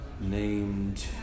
named